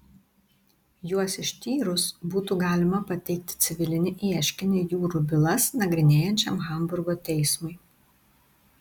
juos ištyrus būtų galima pateikti civilinį ieškinį jūrų bylas nagrinėjančiam hamburgo teismui